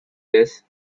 this